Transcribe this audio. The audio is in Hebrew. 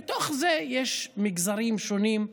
ובתוך זה יש מגזרים שונים,